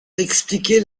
expliquer